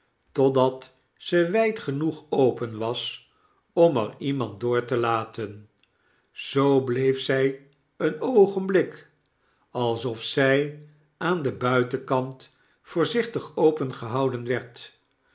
totdat ze wp genoeg open was om er iemand door te laten zoo bleef zy een oogenblik alsof zij aan den buitenkant voorzichtig opengehoudefi werd